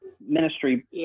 ministry